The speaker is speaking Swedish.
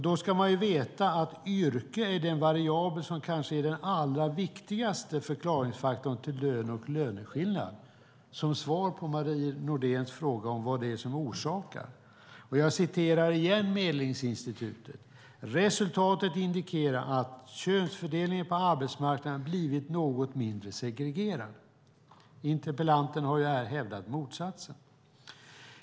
Då ska man veta att yrke är den variabel som kanske är den allra viktigaste förklaringsfaktorn till lön och löneskillnad. Detta är ett svar på Marie Nordéns fråga på vad det är som orsakar detta. I Medlingsinstitutets årsrapport kan man vidare läsa: "Resultatet indikerar att könsfördelningen på arbetsmarknaden blivit något mindre segregerad." Interpellanten har här hävdat motsatsen.